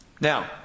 Now